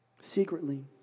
Secretly